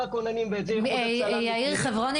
הכוננים ואת זה איחוד הצלה -- יאיר חברוני,